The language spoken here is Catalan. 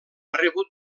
rebut